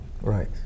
right